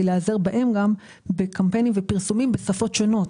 להיעזר בו בקמפיינים ופרסומים בשפות שונות.